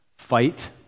fight